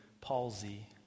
palsy